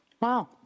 wow